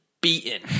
beaten